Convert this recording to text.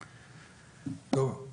טוב,